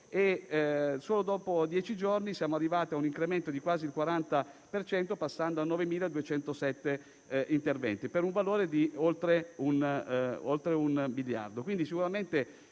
e, solo dopo dieci giorni, siamo arrivati a un incremento di quasi il 40 per cento, passando a 9.207 interventi, per un valore di oltre un miliardo.